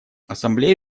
ассамблея